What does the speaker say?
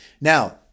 Now